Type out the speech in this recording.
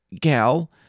gal